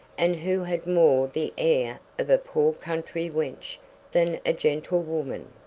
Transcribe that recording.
and who had more the air of a poor country wench than a gentlewoman.